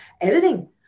editing